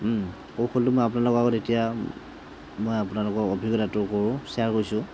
কৌশলটো মই আপোনালোকৰ আগত এতিয়া মই আপোনালোকক অভিজ্ঞতাটো কওঁ শ্বেয়াৰ কৰিছোঁ